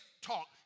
talk